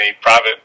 private